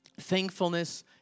Thankfulness